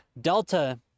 delta